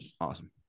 Awesome